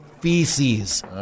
Feces